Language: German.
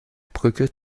brücke